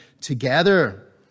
together